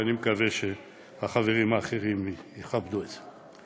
ואני מקווה שהחברים האחרים יכבדו את זה.